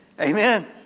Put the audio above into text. Amen